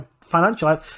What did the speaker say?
financial